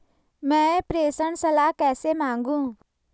मैं प्रेषण सलाह कैसे मांगूं?